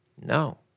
No